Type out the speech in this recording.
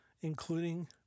including